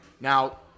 now